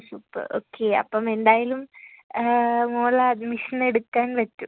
super okay അപ്പം എന്തായാലും മോള് അഡ്മിഷൻ എടുക്കാൻ പറ്റും